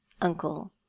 uncle